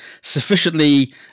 sufficiently